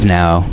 now